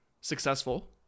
successful